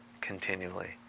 continually